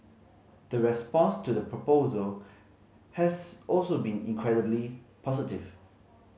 the response to the proposal has also been incredibly positive